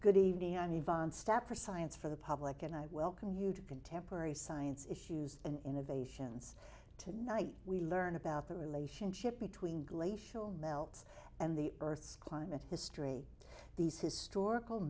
good evening i need vonne step for science for the public and i welcome you to contemporary science issues and innovations tonight we learn about the relationship between glacial melt and the earth's climate history these historical